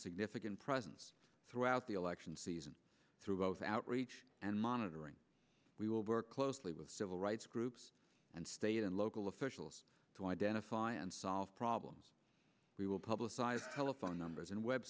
significant presence throughout the election season throughout outreach and monitoring we will work closely with civil rights groups and state and local officials to identify and solve problems we will publicize telephone numbers and web